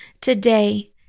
Today